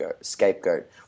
scapegoat